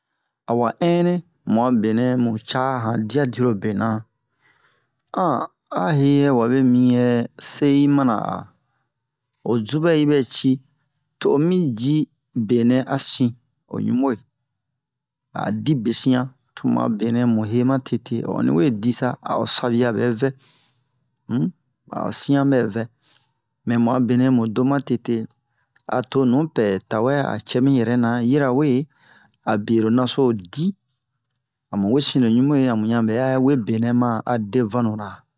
A wa ɛnɛ mu'a benɛ mu ça han dia dirobe na a he'a wabe mi yɛ se yi mana a o zubɛ yibɛ ci to'o mi ji benɛ a sin o ɲube a di be si'an to mu'a benɛ mu ye ma tete ho onni we di sa a'o sabia bɛ vɛ um a'o si'an bɛ vɛ mɛ mu'a benɛ mu do ma tete a to nupɛ tawɛ a cɛ mi yɛrɛna yirawe a bie lo naso di a mu wesin lo ɲubwe a mu yan bɛ we benɛ a de vanura